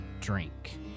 drink